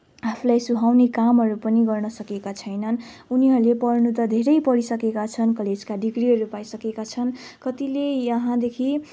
आफूलाई सुहाउने कामहरू पनि गर्न सकेका छैनन् उनीहरूले पढ्न त धेरै पढिसकेका छन् कलेजका डिग्रीहरू पाइसकेका छन् कतिले यहाँदेखि